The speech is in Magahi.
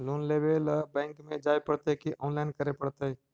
लोन लेवे ल बैंक में जाय पड़तै कि औनलाइन करे पड़तै?